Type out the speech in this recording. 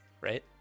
right